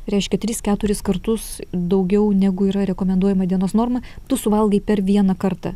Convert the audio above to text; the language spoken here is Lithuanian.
reiškia tris keturis kartus daugiau negu yra rekomenduojama dienos norma tu suvalgai per vieną kartą